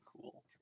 cool